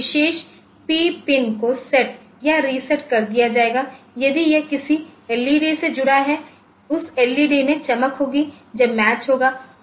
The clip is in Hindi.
तो उस विशेष P पिन को सेट या रीसेट कर दिया जाएगा यदि यह किसी एलईडी से जुड़ा हो उस एलईडी में चमक होगी जब मैच होगा है